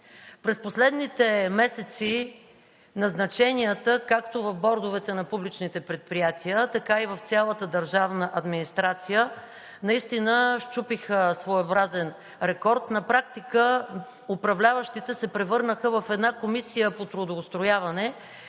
През последните месеци назначенията както в бордовете на публичните предприятия, така и в цялата държавна администрация наистина счупиха своеобразен рекорд. На практика управляващите се превърнаха в една комисия по трудоустрояване